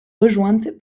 rejointes